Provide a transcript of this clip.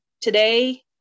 today